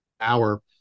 hour